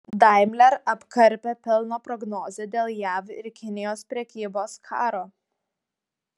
daimler apkarpė pelno prognozę dėl jav ir kinijos prekybos karo